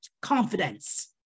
confidence